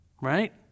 right